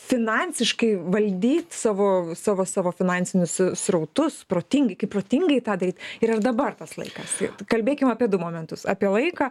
finansiškai valdyt savo savo savo finansinius srautus protingai kaip protingai tą daryt ir ar dabar tas laikas kalbėkim apie du momentus apie laiką